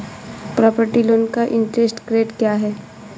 Property loan का interest rate क्या है?